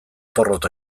porrot